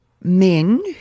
men